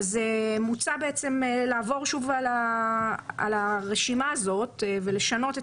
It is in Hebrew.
מוצע לעבור שוב על הרשימה הזאת ולשנות את